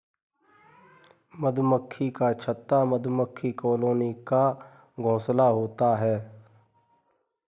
मधुमक्खी का छत्ता मधुमक्खी कॉलोनी का घोंसला होता है